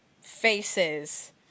faces